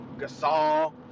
Gasol